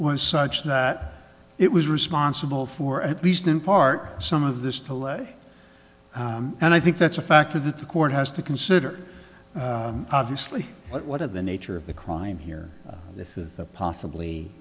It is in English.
was such that it was responsible for at least in part some of this to lay and i think that's a factor that the court has to consider obviously but what are the nature of the crime here this is possibly